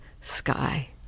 sky